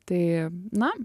tai na